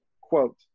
Quote